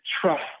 trust